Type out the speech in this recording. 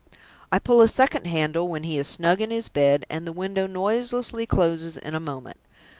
i pull a second handle when he is snug in his bed, and the window noiselessly closes in a moment.